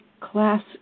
class